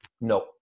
no